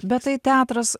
bet tai teatras